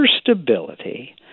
stability